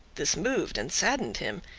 this moved and saddened him.